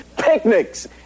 picnics